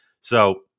So-